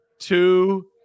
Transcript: two